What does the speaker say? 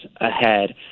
ahead